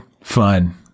fun